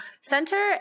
Center